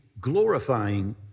glorifying